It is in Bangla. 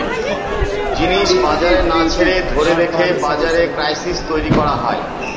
জিনিস বাজারে না ছেড়ে ধরে রেখে বাজারে ক্রাইসিস তৈরী করা হয়